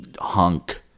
hunk